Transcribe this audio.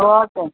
okay